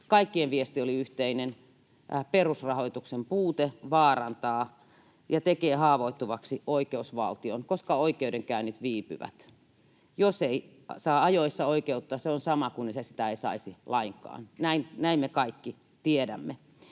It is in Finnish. kaikkien viesti oli yhteinen: perusrahoituksen puute vaarantaa ja tekee haavoittuvaksi oikeusvaltion, koska oikeudenkäynnit viipyvät. Jos ei saa ajoissa oikeutta, se on sama kuin sitä ei saisi lainkaan. Näin me kaikki tiedämme.